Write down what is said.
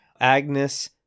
Agnes